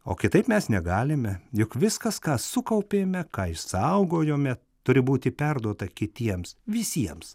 o kitaip mes negalime juk viskas ką sukaupėme ką išsaugojome turi būti perduota kitiems visiems